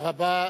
תודה רבה.